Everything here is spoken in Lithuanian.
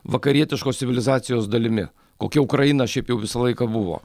vakarietiškos civilizacijos dalimi kokia ukraina šiaip jau visą laiką buvo